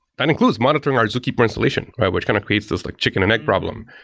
that includes monitoring our zookeeper installation, right? which kind of creates this like chicken and egg problem.